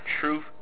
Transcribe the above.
Truth